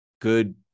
good